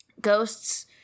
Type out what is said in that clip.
ghosts